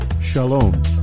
Shalom